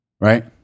Right